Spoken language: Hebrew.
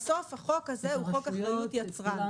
בסוף החוק הזה הוא חוק אחריות יצרן.